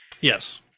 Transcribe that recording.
yes